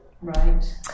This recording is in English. Right